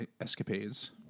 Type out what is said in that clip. escapades